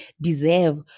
deserve